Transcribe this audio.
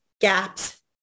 gaps